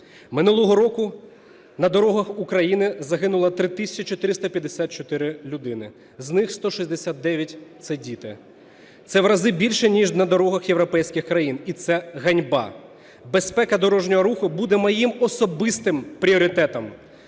Минулого року на дорогах України загинуло 3 тисячі 454 людини, з них 169 – це діти. Це в рази більше, ніж на дорогах європейських країн, і це ганьба. Безпека дорожнього руху буде моїм особистим пріоритетом.